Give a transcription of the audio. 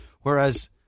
Whereas